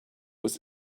was